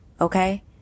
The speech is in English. Okay